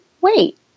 wait